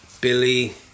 billy